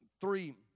three